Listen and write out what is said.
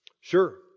Sure